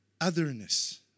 Otherness